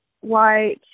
white